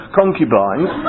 concubines